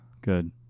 good